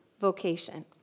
vocation